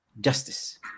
justice